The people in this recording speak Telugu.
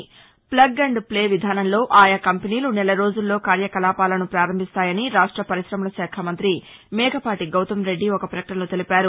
ప్లగ్ అండ్ ప్లే విధాసంలో ఆయా కంపెనీలు నెల రోజుల్లో కార్యకలాపాలసుపారంభిస్తాయని రాష్ట పరిశమల శాఖ మంత్రి మేకపాటి గౌతమ్ రెడ్డి ఒక ప్రపకనలో తెలిపారు